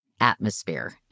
atmosphere